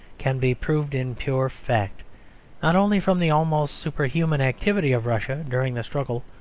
can be proved in pure fact not only from the almost superhuman activity of russia during the struggle,